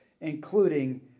including